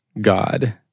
God